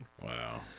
Wow